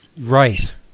Right